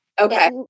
Okay